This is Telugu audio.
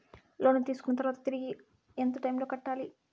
లోను తీసుకున్న తర్వాత తిరిగి ఎంత టైములో కట్టాలి